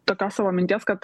tokios savo minties kad